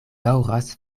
daŭras